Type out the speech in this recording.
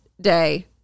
day